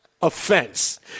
offense